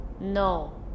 No